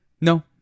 No